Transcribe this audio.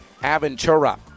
Aventura